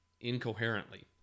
incoherently